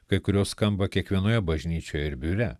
kai kurios skamba kiekvienoje bažnyčioje ir biure